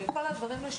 של כל הדברים האלה.